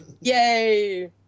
Yay